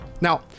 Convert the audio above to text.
Now